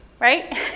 right